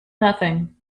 nothing